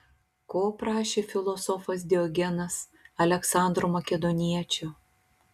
ko prašė filosofas diogenas aleksandro makedoniečio